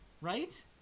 Right